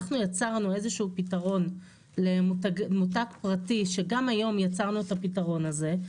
אנחנו יצרנו איזה שהוא פתרון למותג פרטי שגם היום יצרנו את הפתרון הזה,